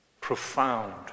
profound